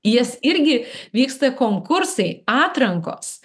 į jas irgi vyksta konkursai atrankos